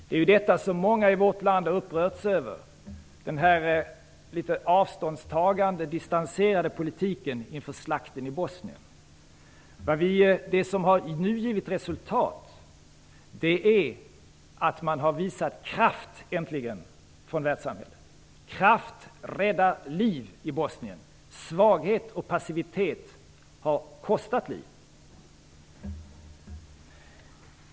Det är denna litet avståndstagande, distanserade, politik inför slakten i Bosnien som många i vårt land har upprörts över. Det som nu har givit resultat är att man äntligen har visat kraft från världssamhället. Kraft räddar liv i Bosnien. Svaghet och passivitet har kostat liv.